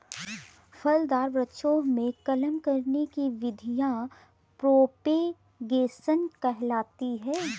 फलदार वृक्षों में कलम करने की विधियां प्रोपेगेशन कहलाती हैं